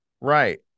Right